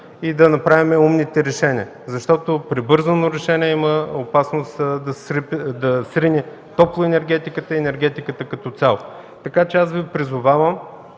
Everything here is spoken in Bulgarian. и да вземем умните решения. От прибързано решение има опасност да се срине топлоенергетиката, енергетиката като цяло. Аз Ви призовавам